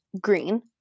green